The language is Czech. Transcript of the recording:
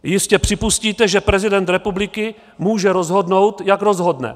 Jistě připustíte, že prezident republiky může rozhodnout, jak rozhodne.